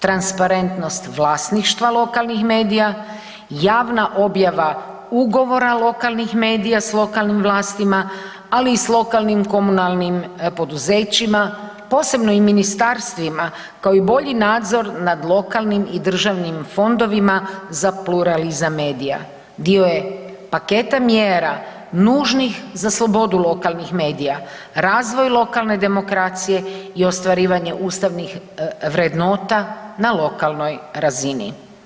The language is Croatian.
Transparentnost vlasništva lokalnih medija, javna objava ugovora lokalnih medija s lokalnim vlastima, ali i s lokalnim komunalnim poduzećima, posebno i ministarstvima, kao i bolji nadzor nad lokalnim i državnim fondovima za pluralizam medija, dio je paketa mjera nužnih za slobodu lokalnih medija, razvoj lokalne demokracije i ostvarivanje ustavnih vrednota na lokalnoj razini.